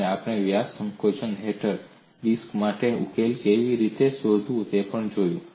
અને આપણે વ્યાસ સંકોચન હેઠળ ડિસ્ક માટે ઉકેલ કેવી રીતે શોધવો તે પણ જોયું